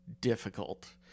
difficult